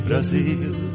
Brazil